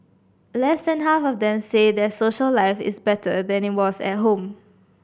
less than half of them say their social life is better than it was at home